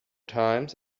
times